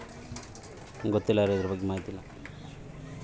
ರಾಸಾಯನಿಕ ಕೇಟನಾಶಕಗಳು ಭಾರತದಲ್ಲಿ ಪರಿಚಯಿಸಿದಾಗಿನಿಂದ ಕೃಷಿಯಲ್ಲಿ ಪ್ರಮುಖ ಪಾತ್ರ ವಹಿಸಿವೆ